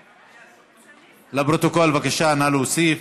היושב-ראש, לפרוטוקול, בבקשה, נא להוסיף.